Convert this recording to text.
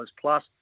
plus